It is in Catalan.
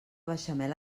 beixamel